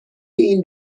این